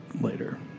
later